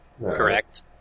correct